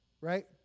Right